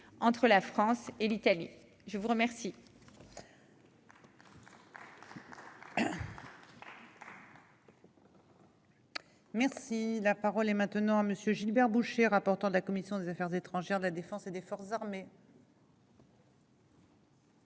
entre la France et l'Italie, je vous remercie.